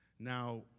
Now